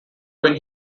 when